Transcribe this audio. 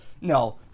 No